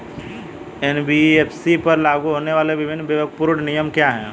NBFC पर लागू होने वाले विभिन्न विवेकपूर्ण नियम क्या हैं?